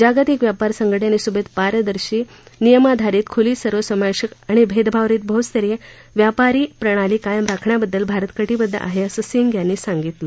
जागतिक व्यापार संघटनेसोबत पारदर्शी नियमाधारीत खुली सर्वसमावेशक आणि भेदभावरहीत बहुस्तरीय व्यापारी प्रणाली कायम राखण्यासाठी भारत कटीबद्ध आहे असं सिंग यांनी सांगितलं